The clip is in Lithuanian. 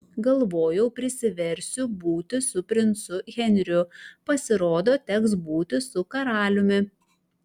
galvojau prisiversiu būti su princu henriu pasirodo teks būti su karaliumi